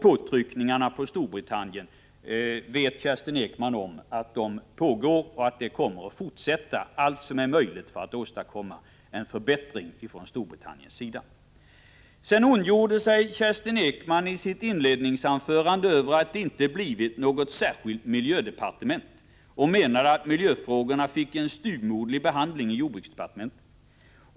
Kerstin Ekman vet också att Storbritannien är föremål för påtryckningar och att dessa kommer att fortsätta. Allt som är möjligt görs för att få till stånd en förbättring från Storbritanniens sida. Kerstin Ekman ondgjorde sig i sitt inledningsanförande över att det inte hade blivit något särskilt miljödepartement och menade att miljöfrågorna fick en styvmoderlig behandling i jordbruksdepartementet.